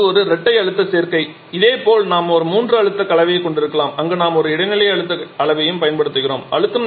இது ஒரு இரட்டை அழுத்த சேர்க்கை இதேபோல் நாம் ஒரு மூன்று அழுத்த கலவையையும் கொண்டிருக்கலாம் அங்கு நாம் ஒரு இடைநிலை அழுத்த அளவையும் பயன்படுத்துகிறோம்